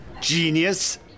Genius